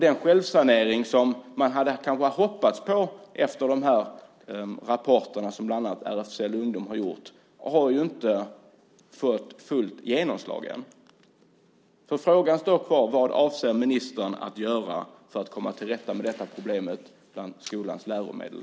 Den självsanering som man kanske hade hoppats på efter rapporterna från bland annat RFSL Ungdom har ju inte fått fullt genomslag än. Frågan står alltså kvar: Vad avser ministern att göra för att komma till rätta med detta problem när det gäller skolans läromedel?